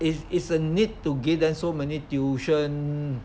is is a need to give them so many tuition